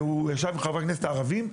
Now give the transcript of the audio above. והוא ישב עם חברי הכנסת הערבים,